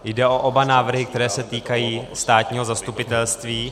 Jde o oba návrhy, které se týkají státního zastupitelství.